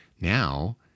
Now